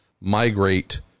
migrate